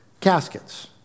caskets